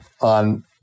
on